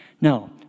Now